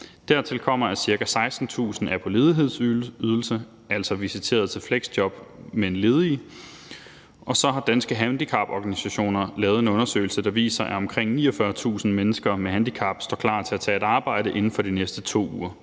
Dertil kommer, at ca. 16.000 er på ledighedsydelse, altså er visiteret til fleksjob, men ledige. Og så har Danske Handicaporganisationer lavet en undersøgelse, der viser, at omkring 49.000 mennesker med handicap står klar til at tage et arbejde inden for de næste 2 uger.